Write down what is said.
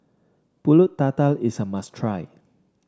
pulut tatal is a must try